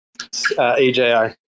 EJI